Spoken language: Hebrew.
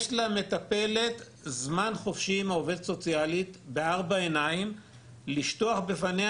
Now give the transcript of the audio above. יש למטפלת זמן חופשי עם העובדת הסוציאלית בארבע עיניים לשטוח בפניה